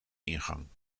ingang